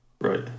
Right